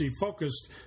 focused